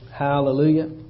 Hallelujah